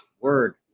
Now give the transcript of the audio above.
word